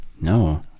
No